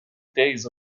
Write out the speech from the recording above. days